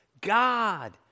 God